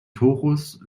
torus